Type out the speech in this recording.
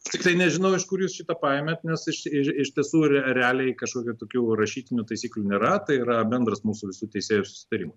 tiktai nežinau iš kur jūs šitą paėmėte nes iš iš tiesų realiai kažkokių tokių rašytinių taisyklių nėra tai yra bendras mūsų visų teisėjų susitarimas